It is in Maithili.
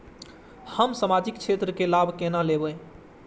हम सामाजिक क्षेत्र के लाभ केना लैब?